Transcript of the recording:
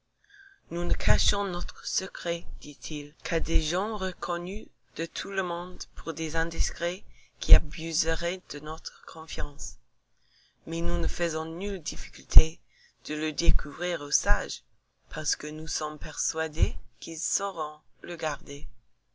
nous ne cachons notre secret dit-il qu'à des gens reconnus de tout le monde pour des indiscrets qui abuseraient de notre confiance mais nous ne faisons nulle difficulté de le découvrir aux sages parce que nous sommes persuadés qu'ils sauront le garder